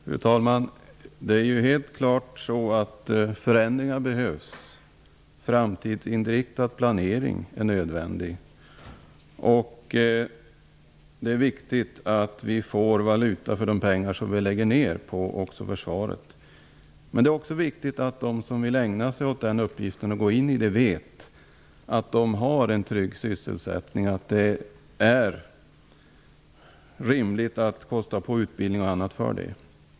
Fru talman! Det är helt klart att förändringar behövs. Framtidsinriktad planering är nödvändig. Det är viktigt att vi får valuta för de pengar som vi lägger ned på försvaret. Men det är också viktigt att de som vill ägna sig åt denna uppgift vet att de har en trygg sysselsättning, så att det är rimligt att kosta på utbildning och annat för denna.